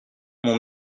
mon